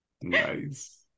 nice